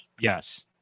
Yes